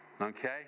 Okay